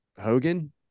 Hogan